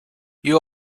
you